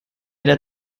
einer